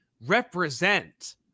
represent